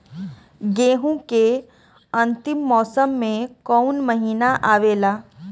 गेहूँ के अंतिम मौसम में कऊन महिना आवेला?